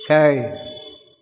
छै